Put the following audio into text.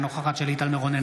אינה נוכחת שלי טל מירון,